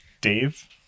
dave